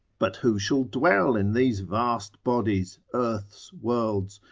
but who shall dwell in these vast bodies, earths, worlds,